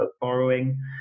borrowing